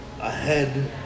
ahead